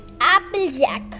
Applejack